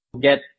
get